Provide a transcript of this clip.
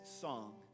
song